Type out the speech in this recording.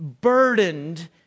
burdened